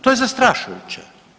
To je zastrašujuće.